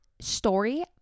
story